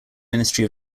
ministry